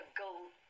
gold